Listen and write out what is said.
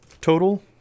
total